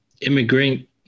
immigrant